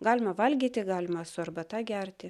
galima valgyti galima su arbata gerti